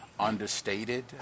understated